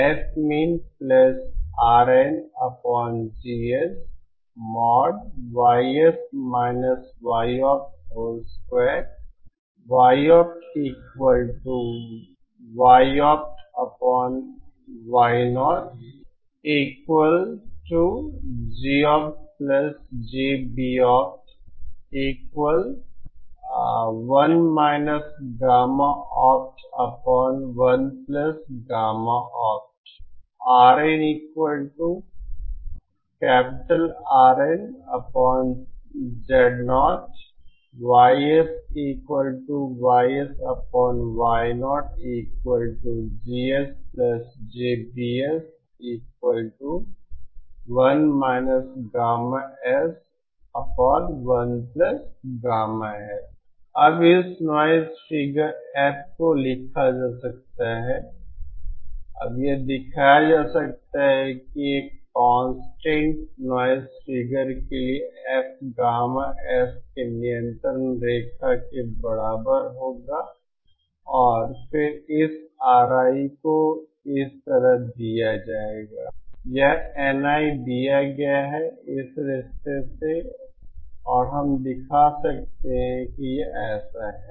अब इस noise figure f को लिखा जा सकता है अब यह दिखाया जा सकता है कि एक कंस्टन्ट नॉइज़ फिगर के लिए F गामा s के नियंत्रण रेखा के बराबर होगा और फिर इस Ri को इस तरह दिया जाएगा यह Ni दिया गया है इस रिश्ते से और हम दिखा सकते हैं कि यह ऐसा है